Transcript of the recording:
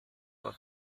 were